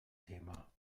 thema